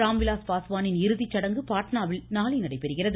ராம்விலாஸ் பாஸ்வானின் இறுதி சடங்கு பாட்னாவில் நாளை நடைபெறுகிறது